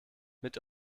mit